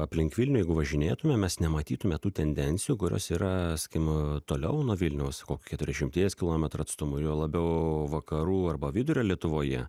aplink vilnių jeigu važinėtume mes nematytume tų tendencijų kurios yra skim toliau nuo vilniaus kokių keturiašimties kilometrų atstumu juo labiau vakarų arba vidurio lietuvoje